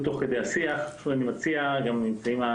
ואני מציע ללבן את מה